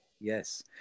Yes